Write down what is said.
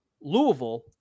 Louisville